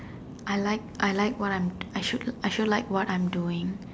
I like I like what I am I should like what I'm doing